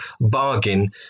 bargain